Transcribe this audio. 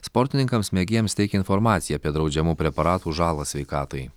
sportininkams mėgėjams teikia informaciją apie draudžiamų preparatų žalą sveikatai